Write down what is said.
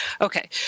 Okay